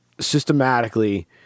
systematically